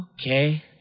Okay